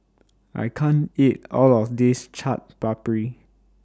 I can't eat All of This Chaat Papri